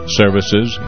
services